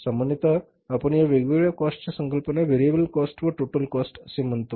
सामान्यतः आपण या वेगवेगळ्या कॉस्ट च्या संकल्पनांना व्हेरिएबल कॉस्ट व टोटल कॉस्ट असे म्हणतो